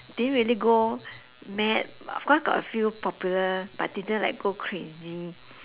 didn't really go mad of course got a few popular but didn't like go crazy